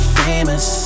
famous